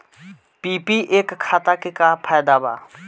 PPF खाता के का फायदा बा?